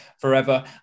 forever